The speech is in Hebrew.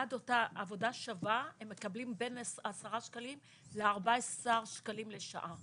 בעד אותה עבודה שווה הם מקבלים בין 10 שקלים ל-14 שקלים לשעה.